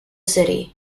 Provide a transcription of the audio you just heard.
city